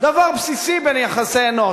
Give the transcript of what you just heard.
דבר בסיסי ביחסי אנוש.